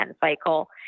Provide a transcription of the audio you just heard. cycle